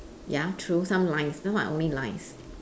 ya true some lines some are only lines